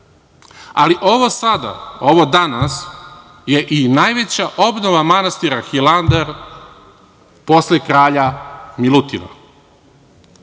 ali ovo sada, ovo danas je i najveća obnova manastira Hilandar, posle kralja Milutina. Veliki